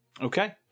Okay